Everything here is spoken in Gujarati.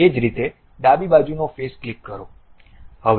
એ જ રીતે ડાબી બાજુનો ફેસ ક્લિક કરો